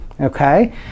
okay